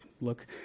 look